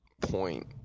point